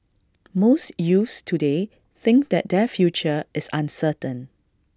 most youths today think that their future is uncertain